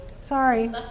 sorry